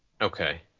Okay